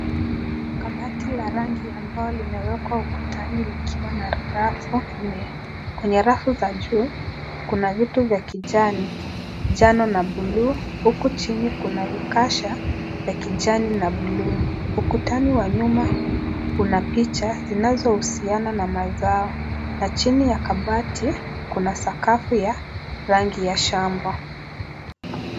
Kabati la rangi ambayo imewekwa ukutani likiwa na rafu nne. Kwenye rafu za juu kuna vitu vya kijani, njano na bluu. Huku chini kuna vikasha vya kijani na bluu. Ukutani wa nyuma una picha zinazohusiana na mazao. Na chini ya kabati kuna sakafu ya rangi ya shamba.